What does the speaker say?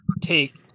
take